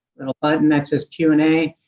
little button that says q and a.